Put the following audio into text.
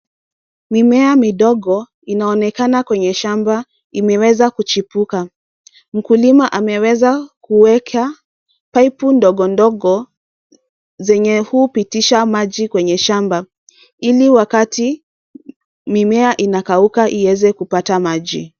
Mimea midogo inaonekana kwenye shamba imeweza kuchipuka. Mkulima ameweza kuweka paipu ndogo ndogo zenye hupitusha maji kwenye shamba ili wakati mimea inakauka iweze kupata maji.